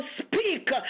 speak